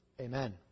Amen